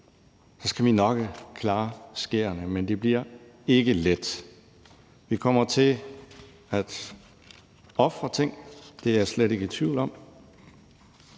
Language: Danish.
skal vi nok klare skærene, men det bliver ikke let. Vi kommer til at ofre ting. Det er jeg slet ikke i tvivl om,